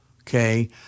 okay